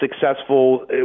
successful